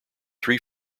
three